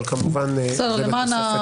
אבל למען ההבהרה.